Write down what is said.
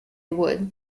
would